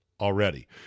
already